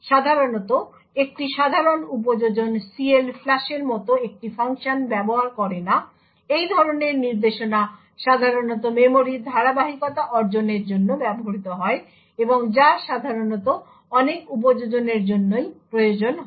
সাধারণতঃ একটি সাধারণ উপযোজন CLFLUSH এর মতো একটি ফাংশন ব্যবহার করে না এই ধরনের নির্দেশনা সাধারণত মেমরির ধারাবাহিকতা অর্জনের জন্য ব্যবহৃত হয় এবং যা সাধারণত অনেক উপযোজনের জন্যই প্রয়োজন হয় না